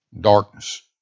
darkness